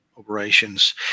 operations